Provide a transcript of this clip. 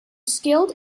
skilled